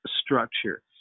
structure